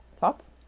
Thoughts